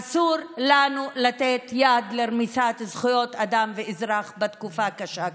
אסור לנו לתת יד לרמיסת זכויות אדם ואזרח בתקופה קשה כזאת.